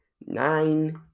Nine